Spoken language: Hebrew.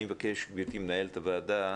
אני מבקש גברתי מנהלת הועדה,